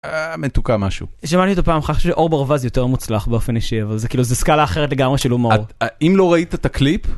אההה מתוקה משהו. שמעתי אותו פעם אחת שעור ברווה זה יותר מוצלח באופן אישי אבל זה כאילו זה סקאלה אחרת לגמרי של הומור. אם לא ראית את הקליפ.